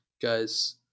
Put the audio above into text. guys